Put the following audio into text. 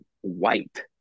white